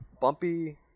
bumpy